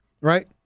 Right